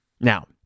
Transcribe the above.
Now